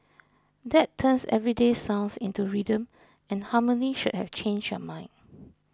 that turns everyday sounds into rhythm and harmony should have changed your mind